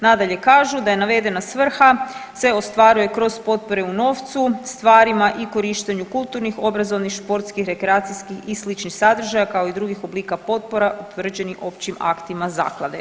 Nadalje kažu da je navedena svrha se ostvaruje kroz potpore u novcu, stvarima i korištenju kulturnih, obrazovnih, športskih, rekreacijskih i sličnih sadržaja, kao i drugih oblika potpora utvrđenih općim aktima Zaklade.